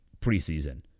preseason